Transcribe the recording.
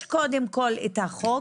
קודם כל יש את החוק,